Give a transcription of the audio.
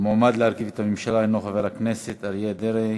המועמד להרכיב את הממשלה הוא חבר הכנסת אריה דרעי.